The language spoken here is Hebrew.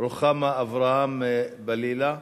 רוחמה אברהם-בלילא,